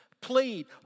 plead